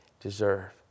deserve